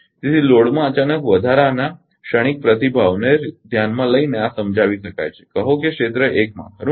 તેથી લોડમાં અચાનક વધારાના ક્ષણિક પ્રતિભાવને ધ્યાનમાં લઈને આ સમજાવી શકાય છે કહો કે ક્ષેત્ર 1 માં ખરુ ને